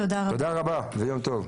תודה רבה ויום טוב.